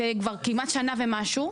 זה כבר כמעט שנה ומשהו.